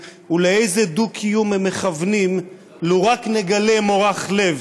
לעוני במדינת ישראל ולפיגור שהיא מפגרת זה בעיות התחבורה,